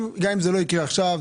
גם אם זה לא יקרה עכשיו,